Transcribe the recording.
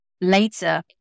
later